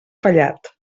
fallat